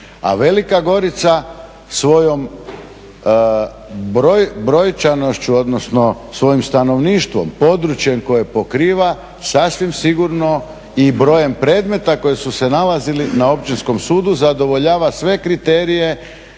A Velika Gorica svojom brojčanošću, odnosno svojim stanovništvom, područjem koje pokriva sasvim sigurno i brojem predmeta koji su se nalazili na Općinskom sudu zadovoljava sve kriterije.